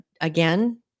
again